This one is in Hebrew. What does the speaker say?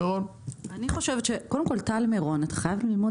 אני בעד כן למצוא